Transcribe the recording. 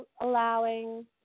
allowing